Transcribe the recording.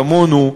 כמונו,